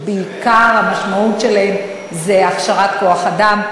שהמשמעות שלהן בעיקר זה הכשרת כוח-אדם,